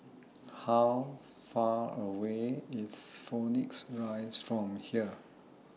How Far away IS Phoenix Rise from here